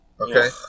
Okay